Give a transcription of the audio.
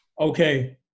okay